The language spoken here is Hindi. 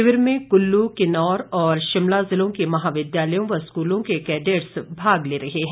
शिविर में कुल्लू किन्नौर और शिमला जिलों के महाविद्यालयों व स्कूलों के कैडेट्स भाग ले रहे हैं